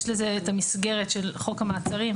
יש לזה את המסגרת של חוק המעצרים,